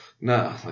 no